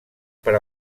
per